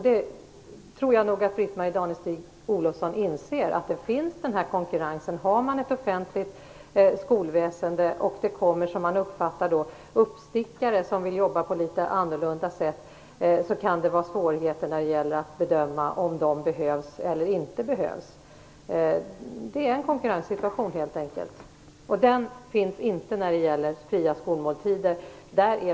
Jag tror nog att Britt-Marie Danestig-Olofsson inser att det finns konkurrens. Om man har ett offentligt skolväsende och det kommer vad man uppfattar som uppstickare, som vill jobba på ett litet annorlunda sätt, kan det uppstå svårigheter när det gäller att bedöma om de behövs eller inte. Det är en konkurrenssituation, helt enkelt. Den situationen finns inte vad gäller fria skolmåltider.